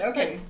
Okay